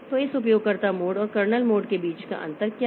तो इस उपयोगकर्ता मोड और कर्नेल मोड के बीच अंतर क्या है